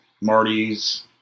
Marty's